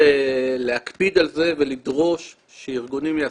להקפיד על זה ולדרוש שארגונים יעשו.